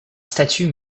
statut